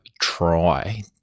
try